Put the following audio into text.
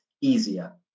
easier